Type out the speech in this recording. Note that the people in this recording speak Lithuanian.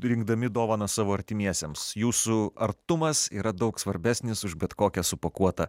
rinkdami dovaną savo artimiesiems jūsų artumas yra daug svarbesnis už bet kokią supakuotą